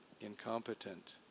incompetent